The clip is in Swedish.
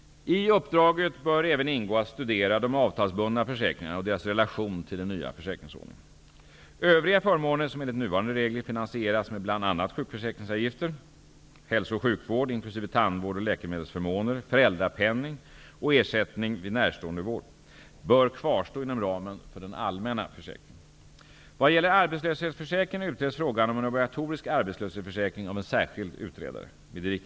I uppdraget bör även ingå att studera de avtalsbundna försäkringarna och deras relation till den nya försäkringsordningen. bör kvarstå inom ramen för den allmänna försäkringen. Vad gäller arbetslöshetsförsäkringen utreds frågan om en obligatorisk arbetslöshetsförsäkring av en särskild utredare .